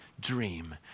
dream